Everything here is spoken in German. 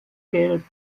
gelb